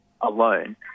alone